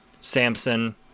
Samson